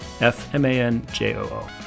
F-M-A-N-J-O-O